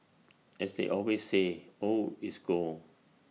as they always say old is gold